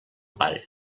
pare